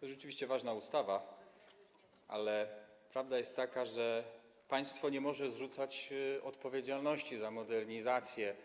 To rzeczywiście ważna ustawa, ale prawda jest taka, że państwo nie może zrzucać odpowiedzialności za modernizację